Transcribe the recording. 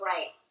Right